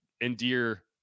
endear